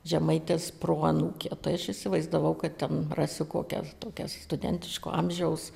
žemaitės proanūkė tai aš įsivaizdavau kad ten rasiu kokią tokias studentiško amžiaus